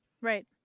Right